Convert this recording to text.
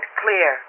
clear